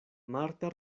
marta